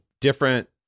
different